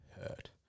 hurt